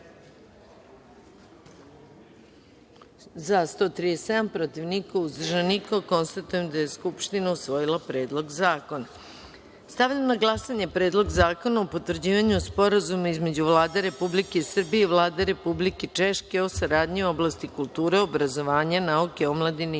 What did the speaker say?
– 137, protiv – niko, uzdržanih – nema. Konstatujem da je Narodna skupština usvojila Predlog zakona. Stavljam na glasanje Predlog zakona o potvrđivanju Sporazuma između Vlade Republike Srbije i Vlade Republike Češke o saradnji u oblasti kulture, obrazovanja, nauke, omladine i sporta,